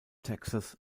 texas